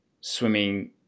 swimming